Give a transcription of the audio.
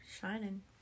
shining